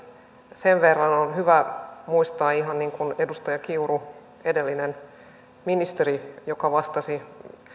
sen verran on hyvä muistaa ihan niin kuin edustaja kiuru edellinen ministeri joka vastasi